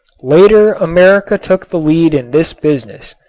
later america took the lead in this business.